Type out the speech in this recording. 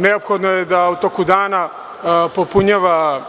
Neophodno je da u toku dana popunjava